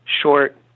short